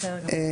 בסדר גמור.